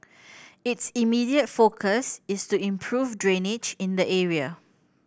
its immediate focus is to improve drainage in the area